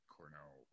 Cornell